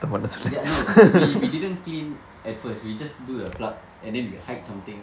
ya no we we didn't clean at first we just do the plug and then we hide something